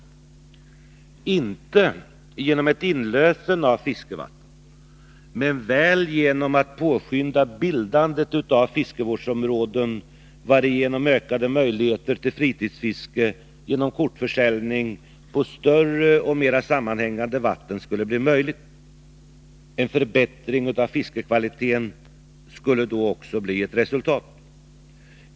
Detta borde ske inte genom inlösen av fiskevatten men väl genom att påskynda bildandet av fiskevårdsområden, varigenom möjligheterna till fritidsfiske genom kortförsäljning på större och mera sammanhängande vatten skulle öka. En förbättring av fiskekvaliteten skulle då också bli ett resultat.